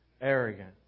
arrogant